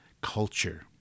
Culture